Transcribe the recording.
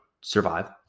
survive